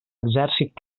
exèrcit